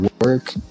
work